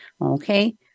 Okay